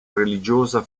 religiosa